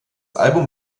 album